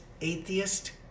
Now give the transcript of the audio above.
Atheist